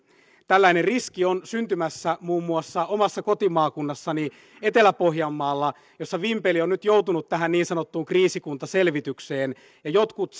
tällainen riski on syntymässä muun muassa omassa kotimaakunnassani etelä pohjanmaalla missä vimpeli on nyt joutunut tähän niin sanottuun kriisikuntaselvitykseen ja jotkut